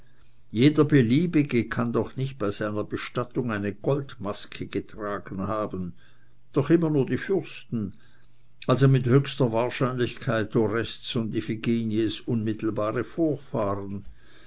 jeder beliebige kann doch nicht bei seiner bestattung eine goldmaske getragen haben doch immer nur die fürsten also mit höchster wahrscheinlichkeit orests und iphigeniens unmittelbare vorfahren